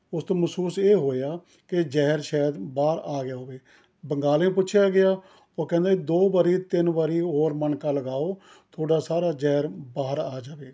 ਉਸ ਤੋਂ ਮਹਿਸੂਸ ਇਹ ਹੋਇਆ ਕਿ ਜ਼ਹਿਰ ਸ਼ਾਇਦ ਬਾਹਰ ਆ ਗਿਆ ਹੋਵੇ ਬੰਗਾਲੇ ਨੂੰ ਪੁੱਛਿਆ ਗਿਆ ਉਹ ਕਹਿੰਦਾ ਦੋ ਵਾਰੀ ਤਿੰਨ ਵਾਰੀ ਹੋਰ ਮਣਕਾ ਲਗਾਉ ਤੁਹਾਡਾ ਸਾਰਾ ਜ਼ਹਿਰ ਬਾਹਰ ਆ ਜਾਵੇਗਾ